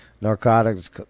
narcotics